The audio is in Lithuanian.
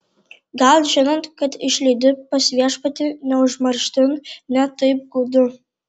gal žinant kad išleidi pas viešpatį ne užmarštin ne taip gūdu